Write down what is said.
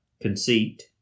Conceit